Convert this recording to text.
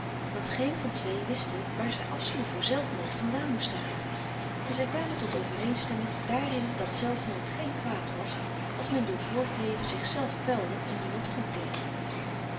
want geen van twee wisten waar zij afschuw voor zelfmoord van daan moesten halen en zij kwamen tot overeenstemming daarin dat zelfmoord geen kwaad was als men door voortleven zichzelf kwelde en niemand goed deed